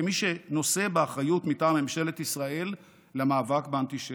כמי שנושא באחריות מטעם ממשלת ישראל למאבק באנטישמיות,